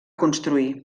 construir